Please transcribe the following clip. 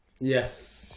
Yes